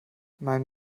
mein